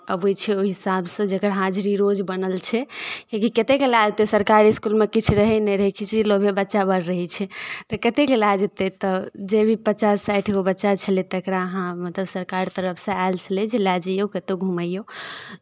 अबै छै ओहि हिसाबसँ जकरा हाजिरी रोज बनल छै किएकि कतेककेँ लए जेतै सरकारी इस्कुलमे किछु रहय नहि रहय खिचड़ी लोभे बच्चा बड़ रहै छै तऽ कतेककेँ लए जेतै तऽ जे भी पचास साठि गो बच्चा छलय तकरा अहाँ मतलब सरकारके तरफसँ आयल छलय जे लए जइऔ कतहु घुमैऔ